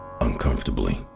uncomfortably